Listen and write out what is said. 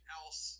else